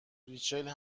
ریچل